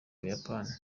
buyapani